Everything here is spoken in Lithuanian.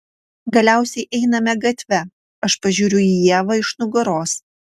galiausiai einame gatve aš pažiūriu į ievą iš nugaros